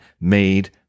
made